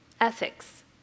ethics